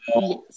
Yes